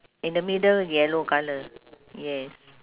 in the middle yellow colour yes